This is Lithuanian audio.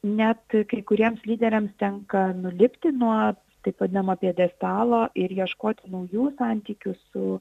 net kai kuriems lyderiams tenka nulipti nuo taip vadinamo pjedestalo ir ieškoti naujų santykių su